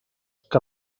que